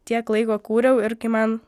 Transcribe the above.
tiek laiko kūriau ir kai man